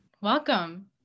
Welcome